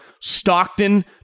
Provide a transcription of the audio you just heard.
Stockton